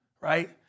right